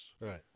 Right